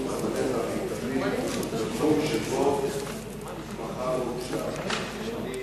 המלא והמיטבי בתחום שבו התמחה והוכשר.